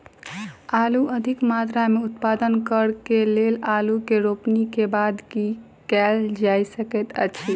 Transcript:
आलु अधिक मात्रा मे उत्पादन करऽ केँ लेल आलु केँ रोपनी केँ बाद की केँ कैल जाय सकैत अछि?